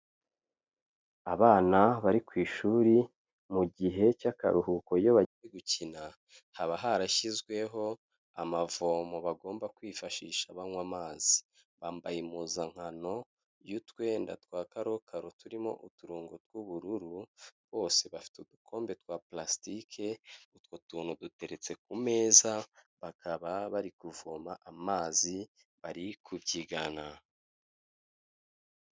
Abana bari ku ishuri mu gihe cy'akaruhuko iyo bagiye gukina haba harashyizweho amavomo bagomba kwifashisha banywa amazi, bambaye impuzankano y'utwenda twa karokaro turimo uturongo tw'ubururu, bose bafite udukombe twa palasitike, utwo tuntu duteretse ku meza bakaba bari kuvoma amazi bari kubyigana.